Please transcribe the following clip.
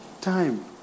time